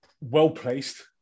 well-placed